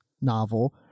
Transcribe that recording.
novel